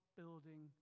building